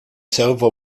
selva